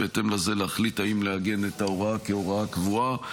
ובהתאם לזה להחליט אם לעגן את ההוראה כהוראה קבועה.